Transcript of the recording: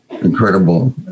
incredible